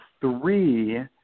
three